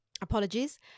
apologies